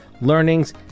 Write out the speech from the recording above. learnings